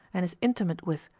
and is intimate with,